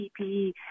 PPE